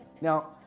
Now